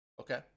Okay